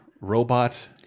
robot